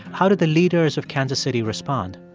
how did the leaders of kansas city respond?